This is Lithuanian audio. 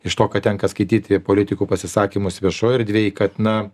iš to kad tenka skaityti politikų pasisakymus viešoj erdvėj kad na